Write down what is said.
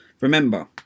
Remember